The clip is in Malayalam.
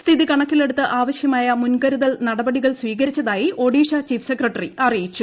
സ്ഥിതി കണക്കിലെടുത്ത് ആവശ്യമായ മുൻകരുതൽ നടപടികൾ സ്പ്രീക്ടിച്ചതായി ഒഡീഷ ചീഫ് സെക്രട്ടറി അറിയിച്ചു